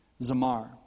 zamar